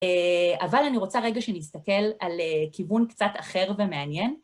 אבל אני רוצה רגע שנסתכל על כיוון קצת אחר ומעניין.